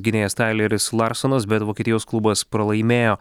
gynėjas taileris larsonas bet vokietijos klubas pralaimėjo